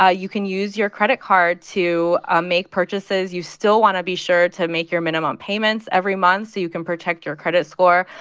ah you can use your credit card to ah make purchases. you still want to be sure to make your minimum payments every month so you can protect your credit score,